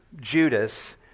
Judas